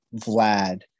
vlad